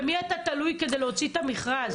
במי אתה תלוי כדי להוציא את המכרז?